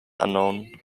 unknown